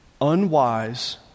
unwise